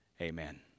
Amen